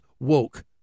Woke